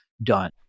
done